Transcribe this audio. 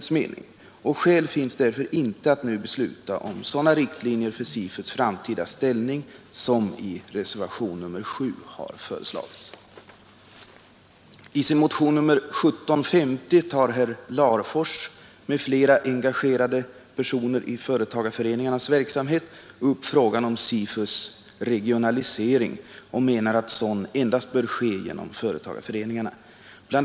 Skäl finns därför inte att nu besluta om sådana riktlinjer för SIFUs framtida ställning som i reservationen 7 har föreslagits. I sin motion nr 1750 tar herr Larfors m.fl. kammarledamöter, engagerade i företagarföreningarnas verksamhet, upp frågan om SIFUs regionalisering. De menar att sådan endast bör ske genom företagarföreningarna. Bl.